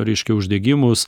reiškia uždegimus